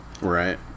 right